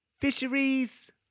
fisheries